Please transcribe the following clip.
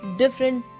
different